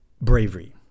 bravery